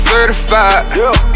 Certified